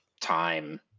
time